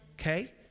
Okay